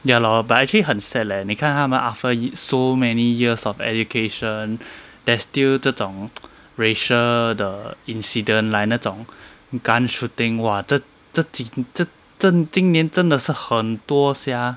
ya lor but actually 很 sad leh 你看他们 after so many years of education there's still 这种 racial 的 incident like 那种 gun shooting !wah! 这这今这真今年真的是很多 sia